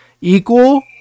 equal